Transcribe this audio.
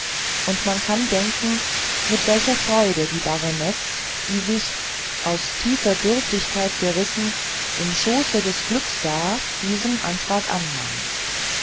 und man kann denken mit welcher freude die baronesse die sich aus tiefer dürftigkeit gerissen im schoße des glücks sah diesen antrag aufnahm